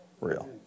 real